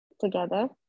together